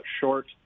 short